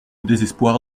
désespoir